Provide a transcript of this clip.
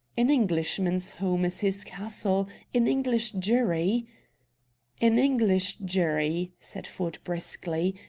an englishman's home is his castle an english jury an english jury, said ford briskly,